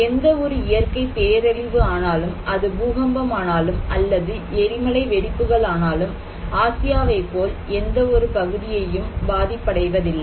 எந்த ஒரு இயற்கை பேரழிவு ஆனாலும் அது பூகம்பம் ஆனாலும் அல்லது எரிமலை வெடிப்புகள் ஆனாலும் ஆசியாவை போல் எந்த ஒரு பகுதியையும் பாதிப்படைவதில்லை